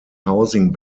housing